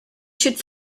should